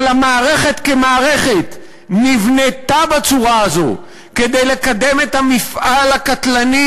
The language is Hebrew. אבל המערכת כמערכת נבנתה בצורה הזו כדי לקדם את המפעל הקטלני,